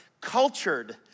cultured